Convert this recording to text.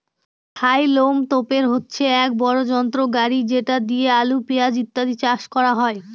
হাউলম তোপের হচ্ছে এক বড় যন্ত্র গাড়ি যেটা দিয়ে আলু, পেঁয়াজ ইত্যাদি চাষ করা হয়